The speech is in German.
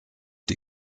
die